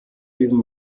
diesem